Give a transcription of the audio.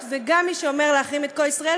וגם את מי שאומר להחרים את כל ישראל.